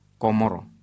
Komoro